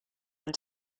and